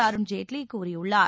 அருண்ஜேட்லி கூறியுள்ளார்